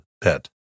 Pet